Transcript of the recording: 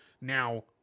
now